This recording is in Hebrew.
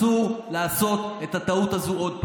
אסור לעשות את הטעות הזאת עוד פעם.